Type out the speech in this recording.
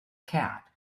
cat